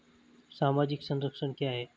सामाजिक संरक्षण क्या है?